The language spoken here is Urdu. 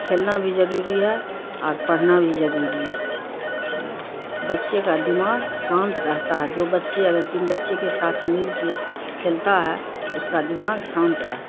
کھیلنا بھی ضروری ہے اور پڑھنا بھی ضروری ہے بچے کا دماغ شانت رہتا ہے دو بچے اگر تین بچے کے ساتھ مل کے کھیلتا ہے اس کا دماغ شانت رہتا ہے